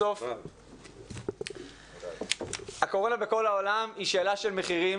בסוף הקורונה בכל העולם היא שאלה של מחירים